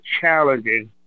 challenging